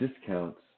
discounts